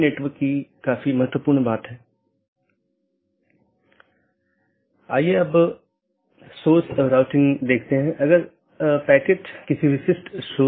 इसलिए यह महत्वपूर्ण है और मुश्किल है क्योंकि प्रत्येक AS के पास पथ मूल्यांकन के अपने स्वयं के मानदंड हैं